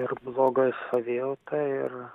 ir bloga savijauta ir